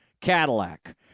Cadillac